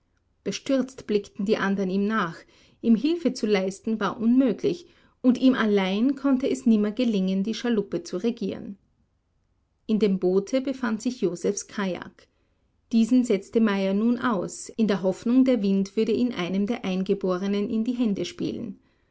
bestürzt blickten die anderen ihm nach ihm hilfe zu leisten war unmöglich und ihm allein konnte es nimmer gelingen die schaluppe zu regieren in dem boote befand sich josephs kajak diesen setzte meyer nun aus in der hoffnung der wind würde ihn einem der eingeborenen in die hände spielen